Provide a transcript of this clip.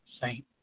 saint